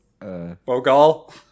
Bogal